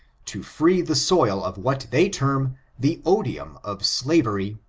to free the soil of what they term the odium of slavery,